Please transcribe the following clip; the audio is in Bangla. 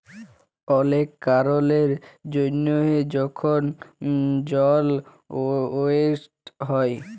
অলেক কারলের জ্যনহে যখল জল ওয়েস্ট হ্যয়